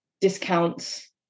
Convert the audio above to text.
discounts